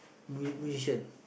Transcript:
mu~ musician